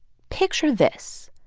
picture this.